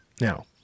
Now